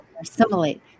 assimilate